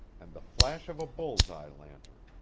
and the flash of a bull's-eye lantern.